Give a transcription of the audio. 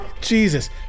Jesus